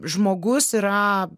žmogus yra